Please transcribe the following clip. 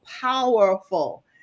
powerful